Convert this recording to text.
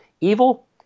evil